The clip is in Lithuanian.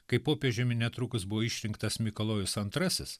kai popiežiumi netrukus buvo išrinktas mikalojus antrasis